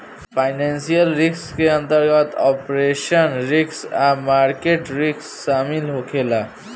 financial risk के अंतर्गत operational risk आ मार्केट रिस्क शामिल होखे ला